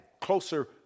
closer